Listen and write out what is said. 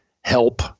help